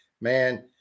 man